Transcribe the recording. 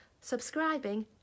subscribing